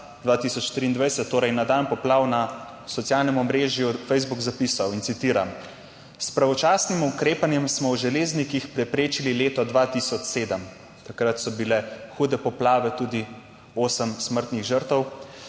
na dan poplav, na socialnem omrežju Facebook zapisal in citiram: "S pravočasnim ukrepanjem smo v železnikih preprečili leto 2007. Takrat so bile hude poplave tudi osem smrtnih žrtev.